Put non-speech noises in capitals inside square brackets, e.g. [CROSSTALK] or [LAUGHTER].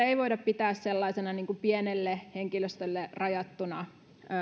[UNINTELLIGIBLE] ei voida pitää sellaisina pienelle henkilöstölle rajattuina